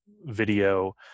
video